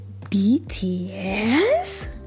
BTS